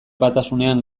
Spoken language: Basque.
batasunean